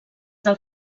del